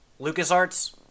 LucasArts